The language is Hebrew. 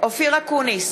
אופיר אקוניס,